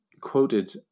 quoted